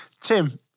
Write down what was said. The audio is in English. Tim